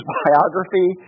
biography